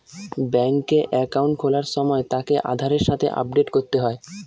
বেংকে একাউন্ট খোলার সময় তাকে আধারের সাথে আপডেট করতে হয়